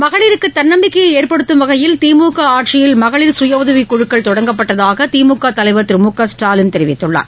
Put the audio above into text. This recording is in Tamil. மகளிருக்கு தன்னம்பிக்கையை ஏற்படுத்தும் வகையில் திமுக ஆட்சியில் மகளி் சுய உதவிக்குழக்கள் தொடங்கப்பட்டதாக திமுக தலைவர் திரு மு க ஸ்டாலின் தெரிவித்துள்ளார்